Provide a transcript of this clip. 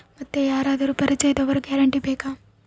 ಮತ್ತೆ ಯಾರಾದರೂ ಪರಿಚಯದವರ ಗ್ಯಾರಂಟಿ ಬೇಕಾ?